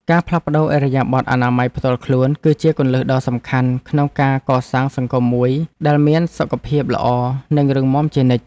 ការផ្លាស់ប្តូរឥរិយាបថអនាម័យផ្ទាល់ខ្លួន គឺជាគន្លឹះដ៏សំខាន់ក្នុងការកសាងសង្គមមួយដែលមានសុខភាពល្អនិងរឹងមាំជានិច្ច។